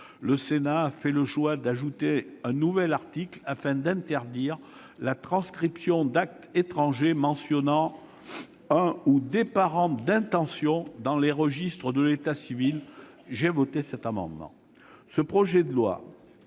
le Sénat a fait le choix d'insérer un nouvel article afin d'interdire la transcription d'actes étrangers mentionnant un ou des parents d'intention dans les registres de l'état civil. J'ai voté cet amendement.